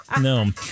No